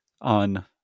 on